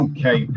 Okay